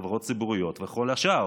לחברות ציבוריות ולכל השאר.